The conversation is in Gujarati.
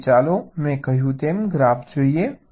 હવે ચાલો મેં કહ્યું તેમ ગ્રાફ જોઈએ